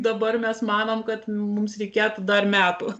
dabar mes manom kad mums reikėtų dar metų